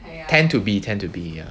tend to be tend to be ya